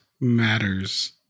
Matters